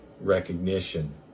recognition